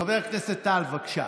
חבר הכנסת טל, בבקשה.